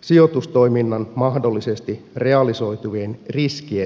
sijoitustoiminnan mahdollisesti realisoituvien riskien kattamiseksi